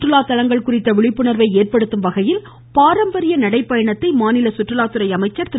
சுற்றுலா தலங்கள் குறித்த விழிப்புணா்வை ஏற்படுத்தும் வகையில் பாரம்பரிய நடை பயணத்தை மாநில சுற்றுலாத்துறை அமைச்சர் திரு